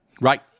Right